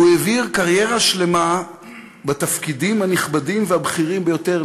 והוא העביר קריירה שלמה בתפקידים הנכבדים והבכירים ביותר,